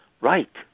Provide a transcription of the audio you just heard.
Right